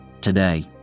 Today